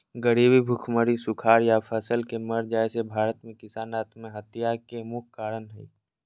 गरीबी, भुखमरी, सुखाड़ या फसल के मर जाय से भारत में किसान आत्महत्या के मुख्य कारण हय